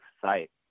site